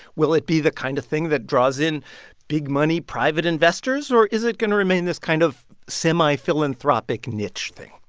will it be the kind of thing that draws in big-money private investors, or is it going to remain this kind of semi-philanthropic, niche thing?